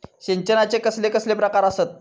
सिंचनाचे कसले कसले प्रकार आसत?